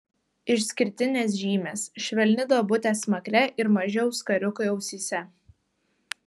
išskirtinės žymės švelni duobutė smakre ir maži auskariukai ausyse